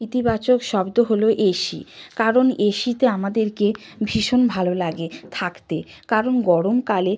ইতিবাচক শব্দ হল এসি কারণ এসিতে আমাদেরকে ভীষণ ভালো লাগে থাকতে কারণ গরমকালে